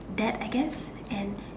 that I guess and